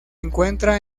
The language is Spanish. encuentra